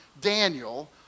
Daniel